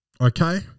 okay